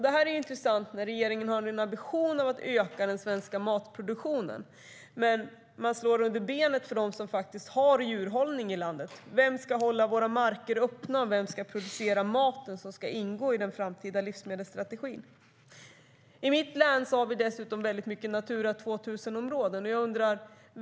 Det är intressant när regeringen nu har en ambition att öka den svenska matproduktionen. Men man slår undan benen för dem som faktiskt har djurhållning i landet. Vem ska hålla våra marker öppna, och vem ska producera den mat som ska ingå i den framtida livsmedelsstrategin? I mitt län har vi dessutom många Natura 2000-områden.